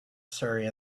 surrey